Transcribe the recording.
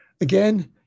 Again